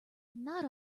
not